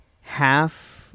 half